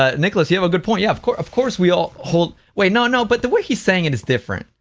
ah nicholas, you have a good point, yeah of course of course we all hold wait, no, no, but the way he's saying it is different.